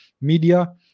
media